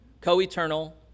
co-eternal